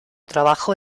trabajo